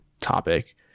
topic